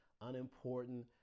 unimportant